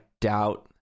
doubt